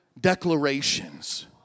declarations